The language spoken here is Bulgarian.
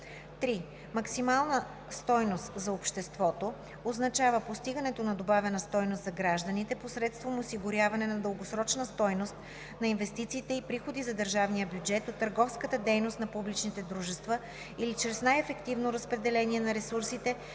3. „Максимална стойност за обществото“ означава постигането на добавена стойност за гражданите посредством осигуряване на дългосрочна стойност на инвестициите и приходи за държавния бюджет от търговската дейност на публичните дружества или чрез най-ефективно разпределение на ресурсите